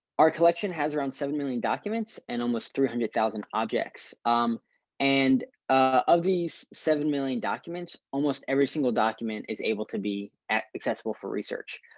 our collection has around seven million documents and almost three hundred thousand objects um and of these seven million documents, almost every single document is able to be accessible for research.